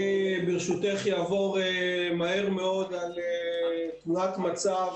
ברשותך אעבור מהר מאוד על תמונת מצב